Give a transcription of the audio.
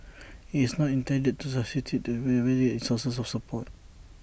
IT is not intended to substitute sources of support